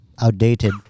outdated